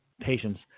patients